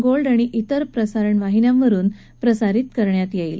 gold आणि तिर प्रसारण वाहिन्यांवरुन प्रसारित करण्यात येईल